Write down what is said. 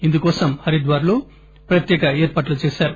ఇందుకోసం హరిద్వార్ లో ప్రత్యేక ఏర్పాట్టు చేశారు